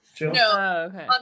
no